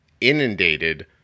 inundated